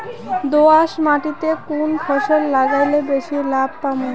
দোয়াস মাটিতে কুন ফসল লাগাইলে বেশি লাভ পামু?